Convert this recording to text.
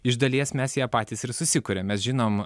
iš dalies mes ją patys ir susikuriam mes žinom